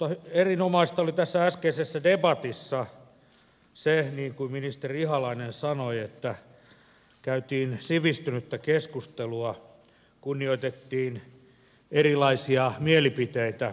mutta erinomaista oli tässä äskeisessä debatissa se niin kuin ministeri ihalainen sanoi että käytiin sivistynyttä keskustelua kunnioitettiin erilaisia mielipiteitä